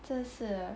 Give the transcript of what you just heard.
真是